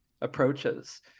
approaches